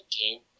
game